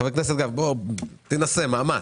חבר הכנסת גפני, תנסה, תעשה מאמץ.